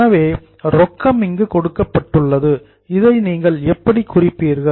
எனவே ரொக்கம் இங்கு கொடுக்கப்பட்டுள்ளது இதை நீங்கள் எப்படி குறிப்பீர்கள்